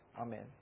Amen